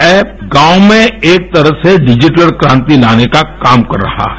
चच गाँव में एक तरह से डिजिटल क्रांति लाने का काम कर रहा है